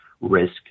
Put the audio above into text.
risk